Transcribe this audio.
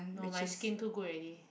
no my skin too good already